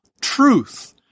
truth